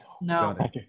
No